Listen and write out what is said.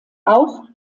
auch